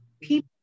People